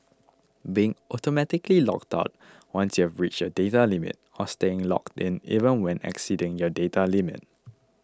being automatically logged out once you've reached your data limit or staying logged in even when exceeding your data limit